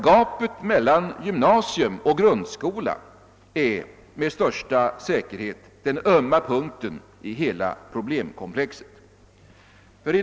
Gapet mellan gymnasium och grundskola är med största säkerhet den ömma punkten i hela problemkomplexet.